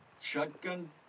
Shotgun